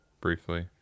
briefly